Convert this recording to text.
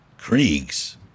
kriegs